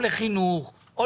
או לחינוך,